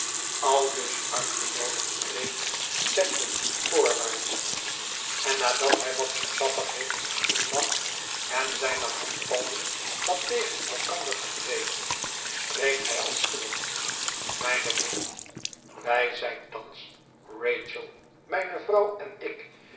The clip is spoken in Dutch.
aldus uitgenoodigd treedt chadband voorwaarts en nadat hij wat zoetsappig heeft geglimlacht en zijne handpalmen wat tegen elkander gewreven spreekt hij als volgt mijne vrienden wij zijn thans rachel mijne vrouw en ik